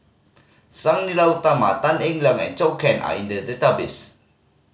Sang Nila Utama Tan Eng Liang and Zhou Can are in the database